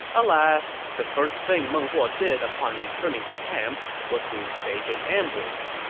alas, the first thing meng huo did upon returning to camp was to stage an ambush.